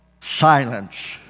silence